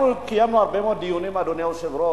אנחנו קיימנו הרבה מאוד דיונים, אדוני היושב-ראש.